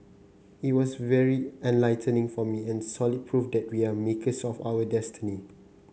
it was very enlightening for me and solid proof that we are makers of our destiny